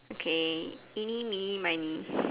okay eeny-meeny-miny